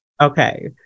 okay